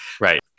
Right